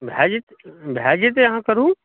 भए जेतै भए जेतै अहाँ करू